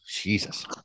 Jesus